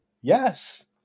yes